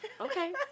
Okay